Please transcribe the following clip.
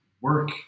work